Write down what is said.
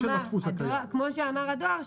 כמו שאמר הדואר,